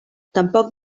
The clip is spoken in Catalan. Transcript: tampoc